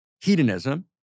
hedonism